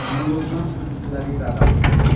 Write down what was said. मुलुगनां ओनसोलारि रादाब